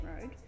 Road